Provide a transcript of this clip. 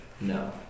No